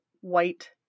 white